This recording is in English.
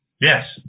Yes